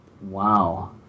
wow